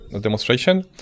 demonstration